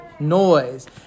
Noise